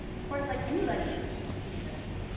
of course, like anybody can do this.